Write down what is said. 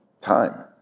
time